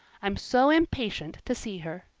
i'm so impatient to see her.